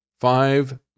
five